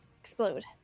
explode